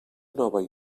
nova